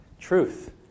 Truth